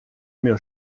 mir